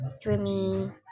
dreamy